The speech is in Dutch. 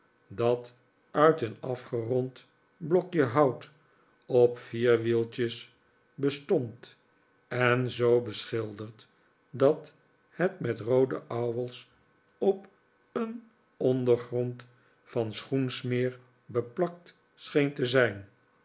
dat uit een afgerond blokje hout op vier wieltjes bestond en zoo beschilderd dat het met roode ouwels op een ondergrond van schoensmeer beplakt scheen te zijn